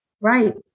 Right